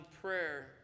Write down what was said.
prayer